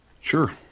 Sure